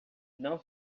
não